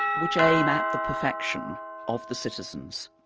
which aim at the perfection of the citizens,